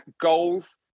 goals